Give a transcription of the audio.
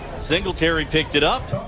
singletary picked it up.